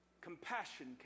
compassion